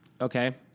Okay